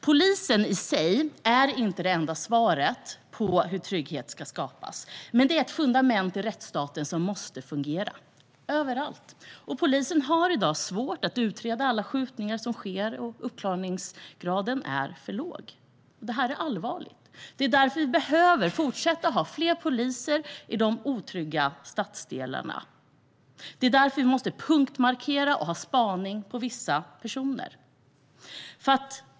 Polisen i sig är inte det enda svaret på hur trygghet ska skapas, men det är ett fundament i rättsstaten som måste fungera - överallt. Polisen har i dag svårt att utreda alla skjutningar som sker, och uppklaringsgraden är för låg. Det här är allvarligt. Det är därför vi behöver fortsätta att ha fler poliser i de otrygga stadsdelarna. Det är därför vi måste punktmarkera och ha spaning på vissa personer.